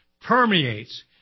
permeates